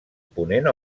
ponent